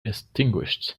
extinguished